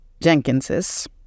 Jenkinses